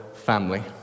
family